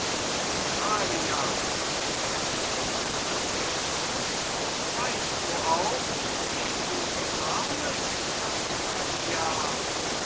amalia hast du vergessen weißt du auch wen du umarmest amalia